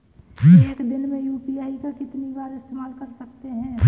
एक दिन में यू.पी.आई का कितनी बार इस्तेमाल कर सकते हैं?